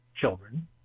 children